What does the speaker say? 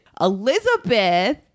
Elizabeth